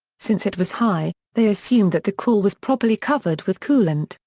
since it was high, they assumed that the core was properly covered with coolant,